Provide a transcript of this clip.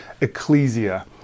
Ecclesia